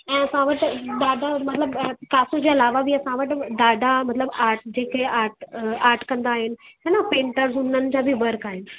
ऐं असां वटि ॾाढा मतिलबु पिकासो जे अलावा बि असां वटि ॾाढा मतिलबु आर्ट जेके आर्ट आर्ट कंदा आहिनि हेन पेंटर बि हुननि जा बि वर्क आहिनि